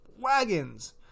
Wagons